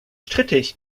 strittig